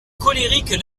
colériques